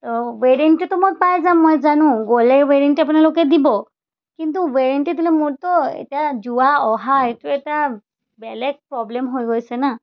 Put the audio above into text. ত' ৱেৰেণ্টিটো মই পাই যাম মই জানো গ'লে ৱেৰেণ্টি আপোনালোকে দিব কিন্তু ৱেৰেণ্টি দিলে মোৰতো এতিয়া যোৱা অহা এইটো এটা বেলেগ প্ৰব্লেম হৈ গৈছে ন